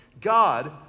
God